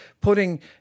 putting